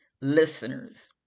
listeners